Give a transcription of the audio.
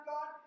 God